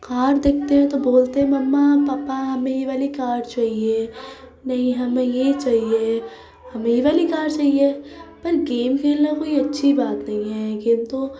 کار دیکھتے ہیں تو بولتے ہیں مما پاپا ہمیں یہ والی کار چاہیے نہیں ہمیں یہی چاہیے ہمیں یہ والی کار چاہیے پر گیم کھیلنا کوئی اچھی بات نہیں ہے یہ تو